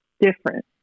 different